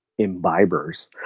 imbibers